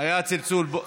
היה צלצול.